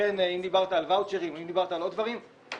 אם דיברת על ואוצ'רים או אם דיברת על עוד דברים,